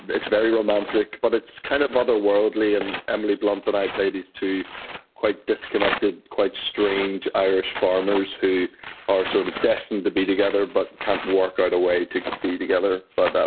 but it's very romantic, but it's kind of otherworldly, and um blunt and i play these two quite disconnected, quite strange irish farmers who are sort of destined to be together but can't work out a way to be together. but,